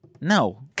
No